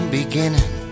beginning